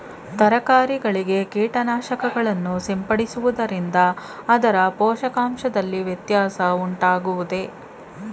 ತರಕಾರಿಗಳಿಗೆ ಕೀಟನಾಶಕಗಳನ್ನು ಸಿಂಪಡಿಸುವುದರಿಂದ ಅದರ ಪೋಷಕಾಂಶದಲ್ಲಿ ವ್ಯತ್ಯಾಸ ಉಂಟಾಗುವುದೇ?